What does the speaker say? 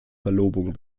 verlobung